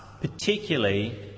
particularly